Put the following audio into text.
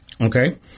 Okay